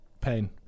Pain